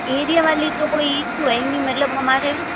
area वाली को कोई इशू है ही नहीं मतलब हमारे